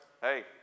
Hey